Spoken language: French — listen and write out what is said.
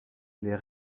les